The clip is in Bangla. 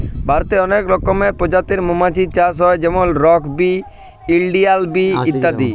ভারতে অলেক পজাতির মমাছির চাষ হ্যয় যেমল রক বি, ইলডিয়াল বি ইত্যাদি